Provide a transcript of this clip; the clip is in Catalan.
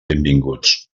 benvinguts